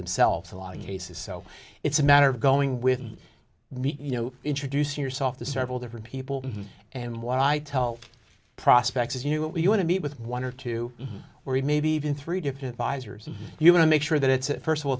themselves a lot of cases so it's a matter of going with me you know introduce yourself to several different people and what i tell prospects is you know what you want to meet with one or two where you maybe even three different visors you want to make sure that it's first of all